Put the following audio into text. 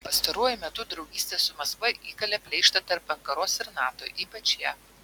pastaruoju metu draugystė su maskva įkalė pleištą tarp ankaros ir nato ypač jav